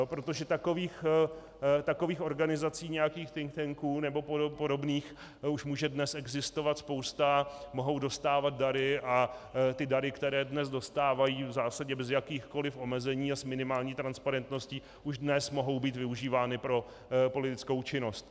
Protože takových organizací, nějakých think tanků nebo podobných, už může dnes existovat spousta, mohou dostávat dary a ty dary, které dnes dostávají v zásadě bez jakýchkoliv omezení a s minimální transparentností, už dnes mohou být využívány pro politickou činnost.